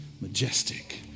majestic